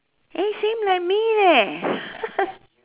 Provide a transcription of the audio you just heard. eh same like me leh